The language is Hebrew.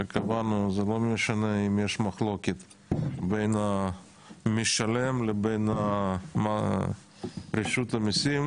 שקבענו שזה לא משנה אם יש מחלוקת בין המשלם לבין רשות המיסים,